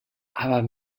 aber